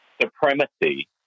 supremacy